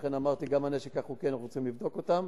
לכן אמרתי: גם הנשק החוקי אנחנו רוצים לבדוק אותו.